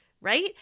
right